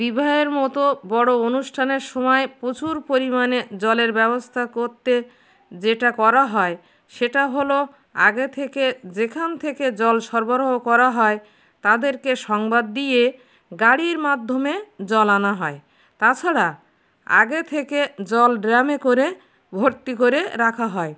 বিবাহের মতো বড়ো অনুষ্ঠানের সময় প্রচুর পরিমাণে জলের ব্যবস্থা করতে যেটা করা হয় সেটা হলো আগে থেকে যেখান থেকে জল সরবরাহ করা হয় তাদেরকে সংবাদ দিয়ে গাড়ির মাধ্যমে জল আনা হয় তাছাড়া আগে থেকে জল ড্রামে করে ভর্তি করে রাখা হয়